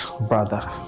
brother